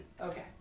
Okay